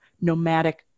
nomadic